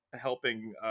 helping